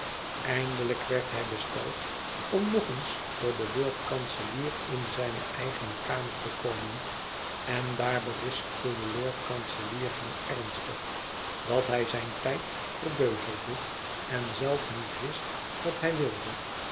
eindelijk werd hij besteld om nog eens voor den lord-kanselier in zijne eigene kamer te komen en daar berispte de lord-kanselier hem ernstig dat hij zijn tijd verbeuzelde en zelf niet wist wat hij wilde